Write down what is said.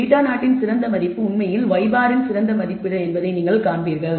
β0 இன் சிறந்த மதிப்பு உண்மையில் y̅ இன் சிறந்த மதிப்பீடு என்பதை நீங்கள் காண்பீர்கள்